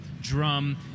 drum